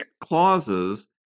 clauses